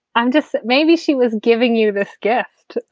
i'm just maybe she was giving you this gift